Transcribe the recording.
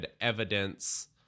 evidence